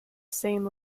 same